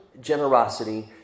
generosity